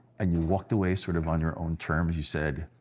and you walked away sort of on your own terms. you said,